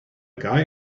guy